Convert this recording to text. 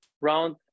round